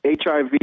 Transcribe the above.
HIV